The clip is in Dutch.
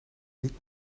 niet